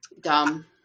dumb